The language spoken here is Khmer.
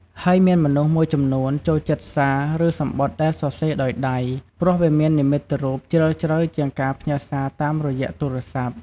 ហើយមានមនុស្សមួយចំនួនចូលចិត្តសារ ឬសំបុត្រដែលសរសេរដោយដៃ ព្រោះវាមាននិមិត្តរូបជ្រាលជ្រៅជាងការផ្ញើរសាតាមរយៈទូរស័ព្ទ។